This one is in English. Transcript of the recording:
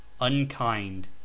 unkind